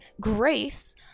grace